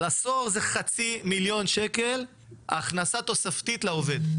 על עשור זה חצי מיליון שקל הכנסה תוספתית לעובד.